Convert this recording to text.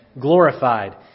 glorified